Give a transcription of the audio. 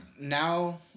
now